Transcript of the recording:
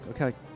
Okay